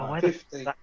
fifteen